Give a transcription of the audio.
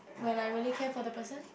when I really care for the person